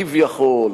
כביכול,